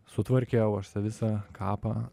sutvarkiau aš tą visą kapą